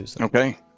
Okay